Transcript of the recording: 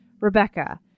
Rebecca